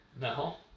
No